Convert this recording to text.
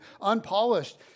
unpolished